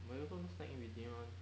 you never do snack in between [one]